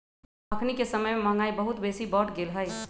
अखनिके समय में महंगाई बहुत बेशी बढ़ गेल हइ